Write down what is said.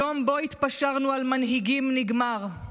היום שבו התפשרנו על מנהיגים נגמר.